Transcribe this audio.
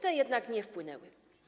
Te jednak nie wpłynęły.